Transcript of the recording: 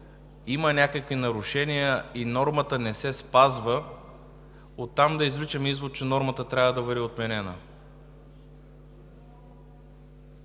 има някакви нарушения и нормата не се спазва, оттам да извличаме извод, че нормата трябва да бъде отменена.